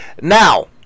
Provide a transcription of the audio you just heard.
Now